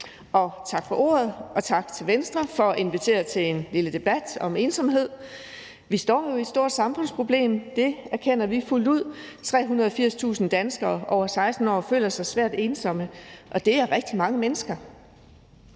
og tak for ordet, og tak til Venstre for at invitere til en lille debat om ensomhed. Vi står i et stort samfundsproblem, det erkender vi fuldt ud: 380.000 danskere over 16 år føler sig svært ensomme, og det er rigtig mange mennesker.